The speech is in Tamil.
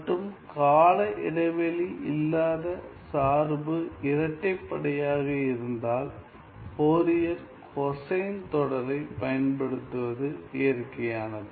மற்றும் கால இடைவெளி இல்லாத சார்பு இரட்டைப்படையாக இருந்தால் ஃபோரியர் கொசைன் தொடரைப் பயன்படுத்துவது இயற்கையானது